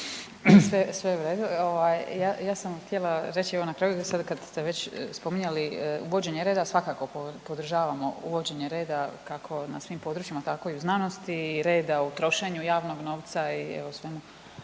Sve u redu. Ja sam htjela reći evo na kraju, da sad kad ste već spominjali uvođenje reda svakako podržavamo uvođenje reda kako na svim područjima, tako i u znanosti i reda u trošenju javnog novca i o svemu